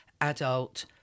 adult